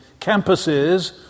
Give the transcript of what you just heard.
campuses